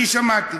אני שמעתי.